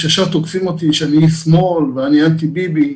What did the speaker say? ישר תוקפים אותי ואומרים שאני איש שמאל ואני אנטי ביבי.